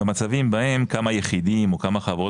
במצבים בהם כמה יחידים או כמה חברות